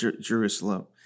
Jerusalem